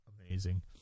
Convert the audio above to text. amazing